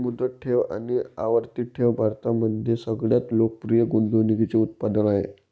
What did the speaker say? मुदत ठेव आणि आवर्ती ठेव भारतामध्ये सगळ्यात लोकप्रिय गुंतवणूकीचे उत्पादन आहे